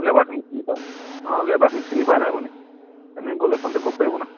লেবাৰখিনি চিনি পায় অঁ লেবাৰখিনি চিনি পায় নাই আপুনি এনে গ'লে কণ্টেক ক' পাৰিব নাই